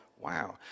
Wow